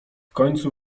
końcu